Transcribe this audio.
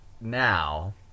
now